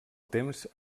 temps